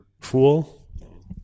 fool